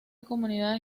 comunidad